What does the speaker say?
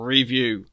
Review